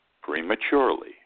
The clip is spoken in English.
prematurely